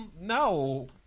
No